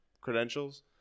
credentials